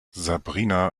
sabrina